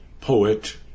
poet